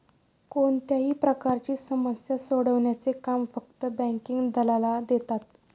कोणत्याही प्रकारची समस्या सोडवण्याचे काम फक्त बँकिंग दलालाला देतात